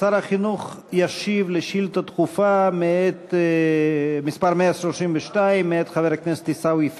שר החינוך ישיב על שאילתה דחופה מס' 132 מאת חבר הכנסת עיסאווי פריג'